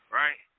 right